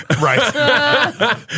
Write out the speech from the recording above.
Right